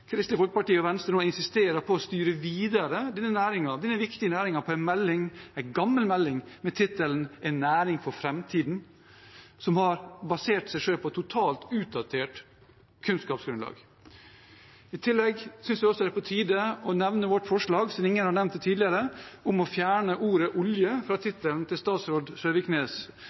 Kristelig Folkeparti og Venstre nå insisterer på å styre denne viktige næringen videre på en gammel melding med tittelen En næring for framtida, som baserte seg på et totalt utdatert kunnskapsgrunnlag. I tillegg synes vi også det er på tide å nevne vårt forslag – siden ingen har nevnt det tidligere – om å fjerne ordet «olje» fra tittelen til statsråd Søviknes